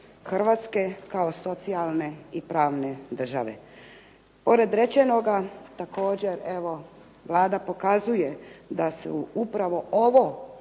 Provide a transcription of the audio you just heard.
Hrvatske kao socijalne i pravne države. Pored rečenoga također evo Vlada pokazuje da su upravo ovo